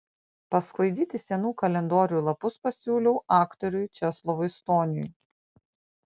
pasklaidyti senų kalendorių lapus pasiūliau aktoriui česlovui stoniui